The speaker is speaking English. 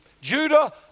Judah